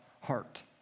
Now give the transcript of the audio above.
heart